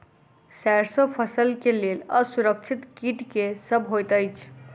सैरसो फसल केँ लेल असुरक्षित कीट केँ सब होइत अछि?